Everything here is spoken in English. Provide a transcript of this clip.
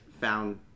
found